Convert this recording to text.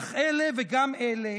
אך אלה וגם אלה,